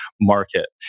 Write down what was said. market